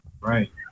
Right